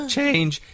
change